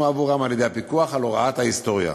עבורם על-ידי הפיקוח על הוראת ההיסטוריה.